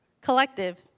collective